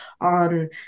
on